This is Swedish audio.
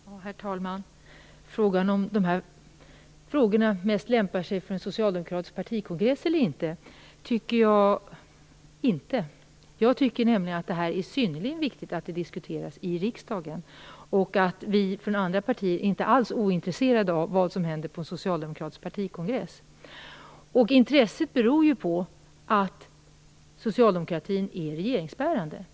Herr talman! När det gäller om de här frågorna mest lämpar sig för en socialdemokratisk partikongress eller inte, vill jag säga att det tycker jag inte. Jag tycker att det är synnerligen viktigt att detta diskuteras i riksdagen. Vi från andra partier är inte alls ointresserade av vad som händer på en socialdemokratisk partikongress. Intresset beror ju på att socialdemokratin är regeringsbärande.